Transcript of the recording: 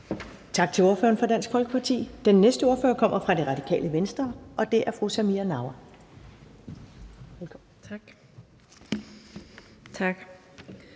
Tak til ordføreren for Dansk Folkeparti. Den næste ordfører kommer fra Det Radikale Venstre, og det er fru Samira Nawa.